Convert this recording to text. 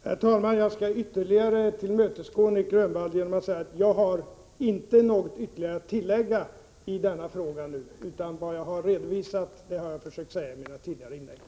Herr talman! Jag skall ytterligare tillmötesgå Nic Grönvall genom att säga: Jag har ingenting ytterligare att tillägga i denna fråga nu. Vad jag har att redovisa har jag försökt säga i mina tidigare inlägg.